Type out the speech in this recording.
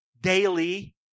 Daily